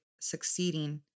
succeeding